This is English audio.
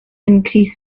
increase